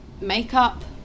makeup